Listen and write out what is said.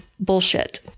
bullshit